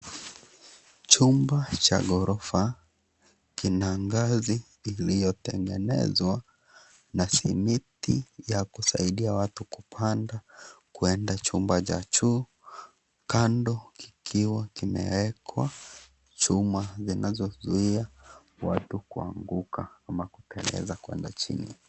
Chumba cha ghorofa kina ngazi kilichotengenezwa na simiti ya kudsaidia watu kupanda kuenda chumba cha juu, kando kukiwa kumewekwa chuma zinazozuia watu kuanguka ama kuteleza kuenda chini.